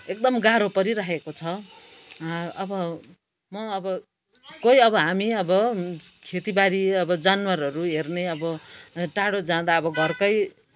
एकदम गाह्रो परिरहेको छ अब म अब कोही अब हामी अब खेती बारी अब जनावरहरू हेर्ने अब टाढो जाँदा अब घरकै